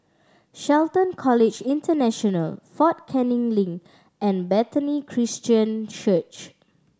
Shelton College International Fort Canning Link and Bethany Christian Church